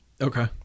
okay